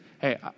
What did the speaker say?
Hey